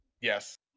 Yes